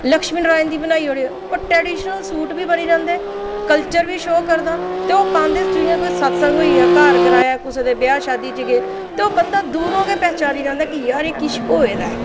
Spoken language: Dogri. लक्ष्मी नारायण दी बनाई ओड़ी ओह् ट्रेडिशनल सूट बी बनी जंदे कल्चर शो बी करदा ते ओह् पांदे जि'यां कोई सत्संग होइया घर कराया कुसै दे ब्याह् शादी च गे ते ओह् बंदा दूरै दा पहचानी जंदा की एह् यार किश होये दा ऐ